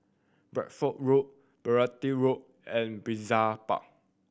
Bideford Road Beaulieu Road and Brizay Park